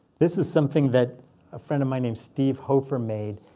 this is something that a friend of mine named steve hofer made.